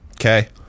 okay